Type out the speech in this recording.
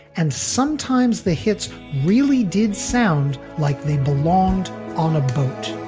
and sometimes the hits really did sound like they belonged on a boat